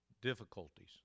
Difficulties